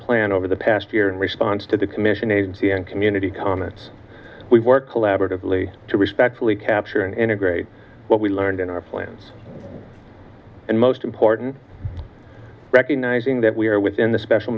plan over the past year in response to the commission agency and community comments we work collaboratively to respectfully capture and integrate what we learned in our plans and most important recognizing that we are within the special